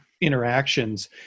interactions